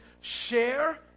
share